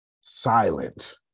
silent